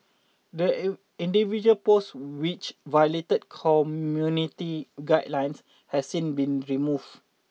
the individual posts which violated community guidelines have since been removed